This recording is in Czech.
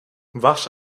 vař